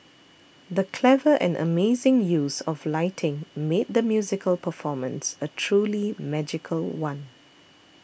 the clever and amazing use of lighting made the musical performance a truly magical one